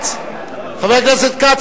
חבר הכנסת כץ,